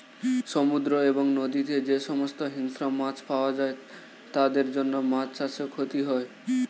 সমুদ্র এবং নদীতে যে সমস্ত হিংস্র মাছ পাওয়া যায় তাদের জন্য মাছ চাষে ক্ষতি হয়